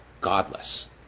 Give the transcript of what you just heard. godless